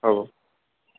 হ'ব